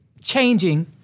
changing